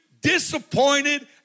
disappointed